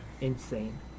insane